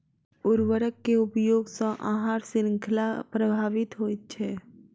उर्वरक के उपयोग सॅ आहार शृंखला प्रभावित होइत छै